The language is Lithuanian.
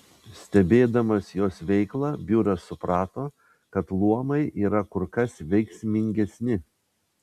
stebėdamas jos veiklą biuras suprato kad luomai yra kur kas veiksmingesni